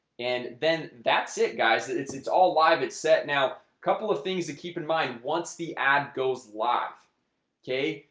and then that's it guys. it's it's all live it's set now a couple of things to keep in mind once the ad goes live okay,